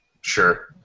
Sure